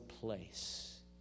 place